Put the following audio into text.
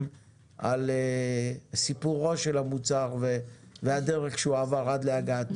על סיפורו של המוצר והדרך שהוא עבר עד להגעתו.